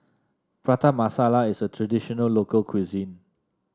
Prata Masala is a traditional local cuisine